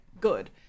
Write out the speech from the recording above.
good